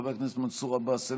חבר הכנסת מנסור עבאס,